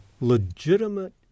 legitimate